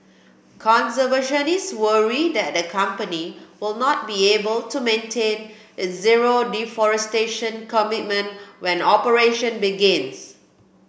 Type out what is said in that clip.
conservationists worry that the company will not be able to maintain its zero deforestation commitment when operation begins